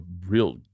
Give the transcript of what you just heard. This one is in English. real